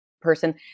person